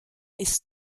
ist